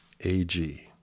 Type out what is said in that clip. AG